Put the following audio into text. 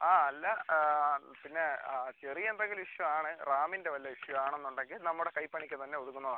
ആ അല്ല പിന്നെ ചെറിയ എന്തെങ്കിലും ഇഷ്യൂ ആണ് റാമിൻ്റെ വല്ല ഇഷ്യൂ ആണ് എന്നുണ്ടെങ്കിൽ നമ്മുടെ കൈപ്പണിക്ക് തന്നെ ഒതുങ്ങുന്നതാണ്